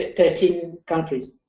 thirteen countries.